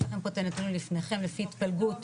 יש לכם את הנתונים פה לפניכם לפי התפלגות